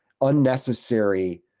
unnecessary